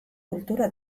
kultura